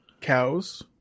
cows